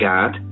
God